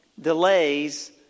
delays